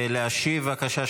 להשיב, בבקשה.